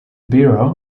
bureau